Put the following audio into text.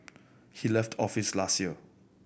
he left office last year